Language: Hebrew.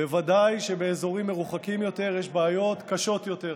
בוודאי שבאזורים מרוחקים יותר יש בעיות קשות יותר,